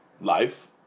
life